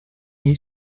new